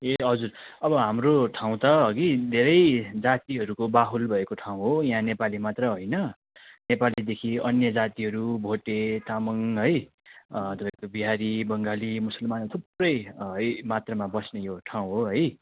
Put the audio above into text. ए हजुर अब हाम्रो ठाउँ त हगि धेरै जातिहरूको बाहुल भएको ठाउँ हो यहाँ नेपाली मात्र होइन नेपालीदेखि अन्य जातिहरू भोटे तामाङ है जस्तो बिहारी बङ्गाली मुसलमानहरू थुप्रै यही मात्रमा बस्ने यो ठाउँ हो है